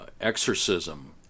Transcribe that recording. exorcism